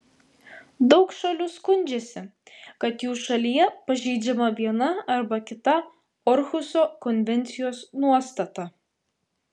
daug šalių skundžiasi kad jų šalyje pažeidžiama viena arba kita orhuso konvencijos nuostata